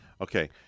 okay